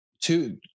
Two